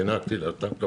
זינקתי לטנק הבוער.